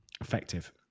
effective